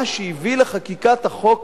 מה שהביא לחקיקת החוק